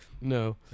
No